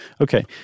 Okay